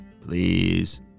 please